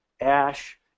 ash